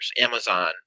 Amazon